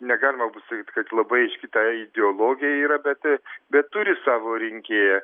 negalima pasakyt kad labai aiški ta ideologija yra bet bet turi savo rinkėją